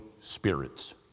spirits